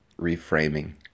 reframing